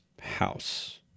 house